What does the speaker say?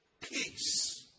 Peace